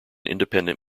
independent